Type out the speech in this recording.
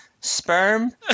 sperm